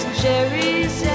cherries